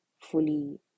fully